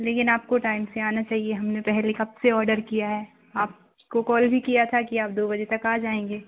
लेकिन आपको टाइम से आना चाहिए हमने पहले कब से ऑडर किया है आपको कॉल भी किया था कि आप दो बजे तक आ जाएँगे